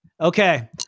Okay